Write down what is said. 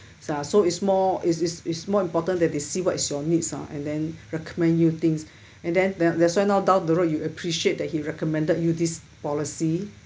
so ah so is more is is more important that they see what's your needs ah and then recommend you things and then that that's why now down the road you appreciate that he recommended you this policy